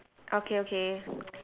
okay okay